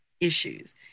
issues